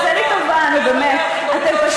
גם החילוניות שלא עושות, תעשה לי טובה, נו, באמת.